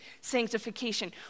sanctification